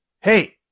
Hey